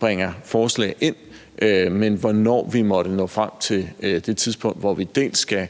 bringer forslag ind, men hvornår vi måtte nå frem til det tidspunkt, hvor vi skal